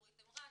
האלגוריתם רץ,